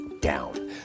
down